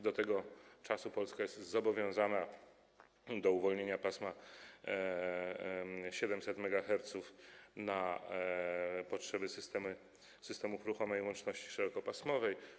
Do tego czasu Polska jest zobowiązana do uwolnienia pasma 700 MHz na potrzeby systemów ruchomej łączności szerokopasmowej.